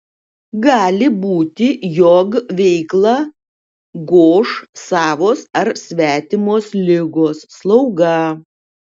gali būti jog veiklą goš savos ar svetimos ligos slauga